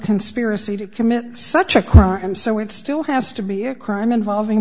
conspiracy to commit such a crime so it's still has to be a crime involving